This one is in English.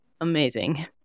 Amazing